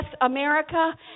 America